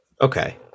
Okay